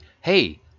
hey